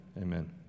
Amen